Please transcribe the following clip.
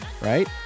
right